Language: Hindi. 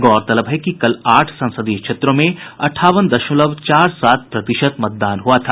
गौरतलब है कि कल आठ संसदीय क्षेत्रों में अंठावन दशमलव चार सात प्रतिशत मतदान हुआ था